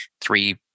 three